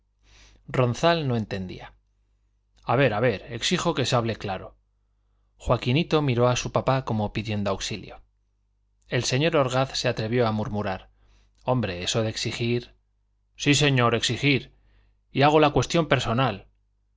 ronzal no entendía a ver a ver exijo que se hable claro joaquinito miró a su papá como pidiendo auxilio el señor orgaz se atrevió a murmurar hombre eso de exigir sí señor exigir y hago la cuestión personal